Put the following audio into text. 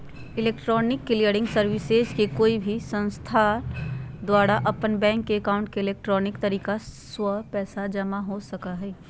electronic clearing services में कोई संस्थान द्वारा अपन बैंक एकाउंट में इलेक्ट्रॉनिक तरीका स्व पैसा जमा हो सका हइ